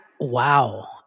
wow